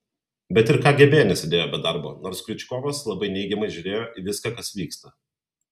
bet ir kgb nesėdėjo be darbo nors kriučkovas labai neigiamai žiūrėjo į viską kas vyksta